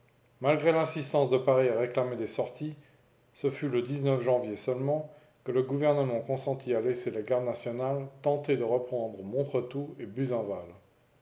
malgré l'insistance de paris à réclamer des sorties ce fut le janvier seulement que le gouvernement consentit à laisser la garde nationale tenter de reprendre montretout et